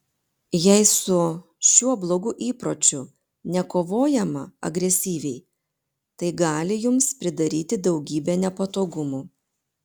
jei su šiuo blogu įpročiu nekovojama agresyviai tai gali jums pridaryti daugybę nepatogumų